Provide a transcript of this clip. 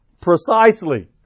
precisely